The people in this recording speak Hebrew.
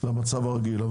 למצב הרגיל.